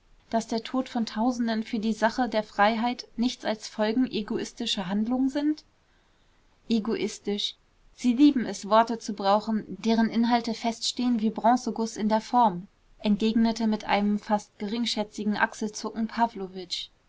daß der tod von tausenden für die sache der freiheit nichts als folgen egoistischer handlungen sind egoistisch sie lieben es worte zu brauchen deren inhalte feststehen wie bronzeguß in der form entgegnete mit einem fast geringschätzigen achselzucken